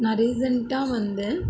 நான் ரீசெண்ட்டாக வந்து